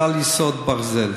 כלל יסוד ברזל,